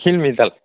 helmet यालाय